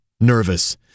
nervous